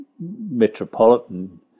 metropolitan